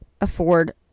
afford